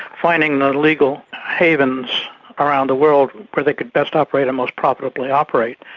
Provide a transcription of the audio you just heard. finding the legal havens around the world where they could best operate and most profitably operate.